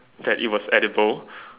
that it was edible